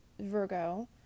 virgo